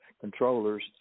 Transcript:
controllers